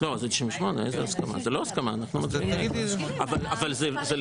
ואתם יודעים שכל